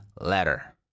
letter